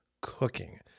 cooking